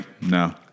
no